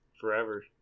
forever